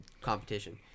competition